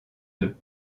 deux